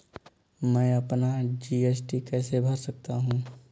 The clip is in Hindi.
मैं अपना जी.एस.टी कैसे भर सकता हूँ?